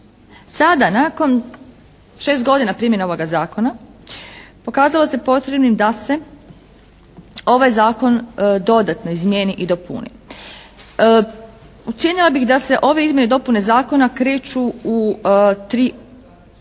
Sada nakon 6 godina primjene ovoga Zakona pokazalo se potrebnim da se ovaj Zakon dodatno izmijeni i dopuni. Ocijenila bih da se ove izmjene i dopune Zakona kreću u tri